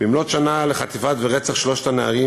במלאות שנה לחטיפה והרצח של שלושת הנערים,